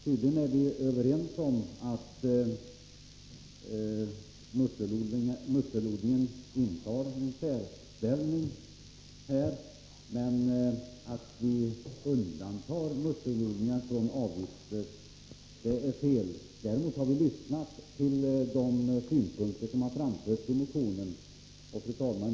Tydligen är vi överens om att musselodlingen intar en särställning, men att undanta musselodlingar från avgifter är fel. Däremot är det riktigt att vi har tagit del av synpunkterna i motionen och beaktat dessa. Fru talman!